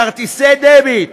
כרטיסי דביט,